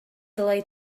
dylai